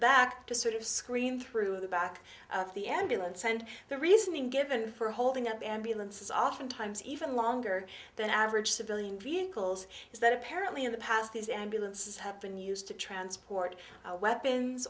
back to sort of scream through the back of the ambulance and the reasoning given for holding up ambulances oftentimes even longer than average civilian vehicles is that apparently in the past these ambulances have been used to transport weapons